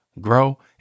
grow